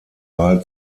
wahl